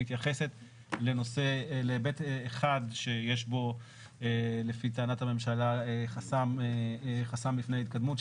מתייחסת להיבט אחד שיש בו לפי טענת הממשלה חסם בפני ההתקדמות,